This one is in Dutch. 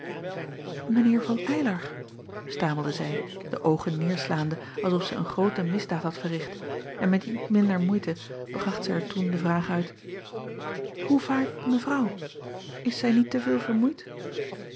eer van ylar stamelde zij de oogen neêrslaande als of zij een groote misdaad had verricht en met niet minder moeite bracht zij er toen de vraag uit hoe vaart evrouw s zij niet te veel vermoeid